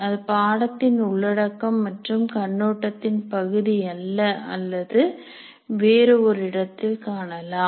அது பாடத்தின் உள்ளடக்கம் மற்றும் கண்ணோட்டத்தின் பகுதி அல்ல அல்லது வேறு ஒரு இடத்தில் காணலாம்